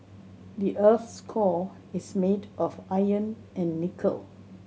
the earth's core is made of iron and nickel